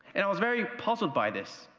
and i was very puzzled by this.